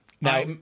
Now